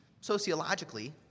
sociologically